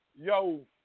yo